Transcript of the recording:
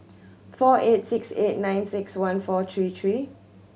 four eight six eight nine six one four three three